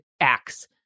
acts